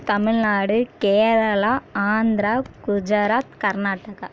Tamil Nadu Kerala Andhra Gujarat Karnataka